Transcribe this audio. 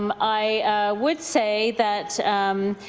um i would say that